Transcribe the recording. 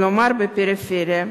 כלומר בפריפריה.